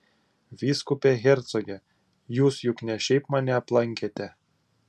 vyskupe hercoge jūs juk ne šiaip mane aplankėte